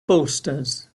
bolsters